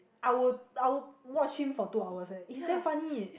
I will I will watch him for two hours eh is damn funny